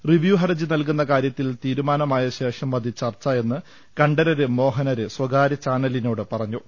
review ഹർജി നൽകുന്ന കാര്യത്തിൽ തീരുമാ നമായശേഷം മതി ചർച്ച എന്ന് കണ്ഠരര് മോഹന്ന് സ്വകാരൃ ചാനലി നോട് പറഞ്ഞു